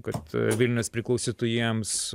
kad vilnius priklausytų jiems